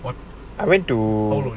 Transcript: but I went to